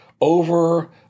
over